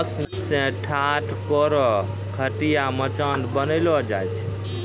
बांस सें ठाट, कोरो, खटिया, मचान बनैलो जाय छै